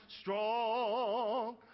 strong